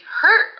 hurt